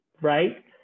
right